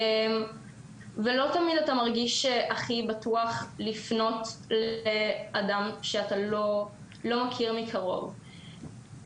ולא תמיד אתה מרגיש בטוח לפנות לאדם שאתה לא מכיר מקרוב.